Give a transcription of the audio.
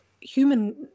human